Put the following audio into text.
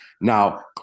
Now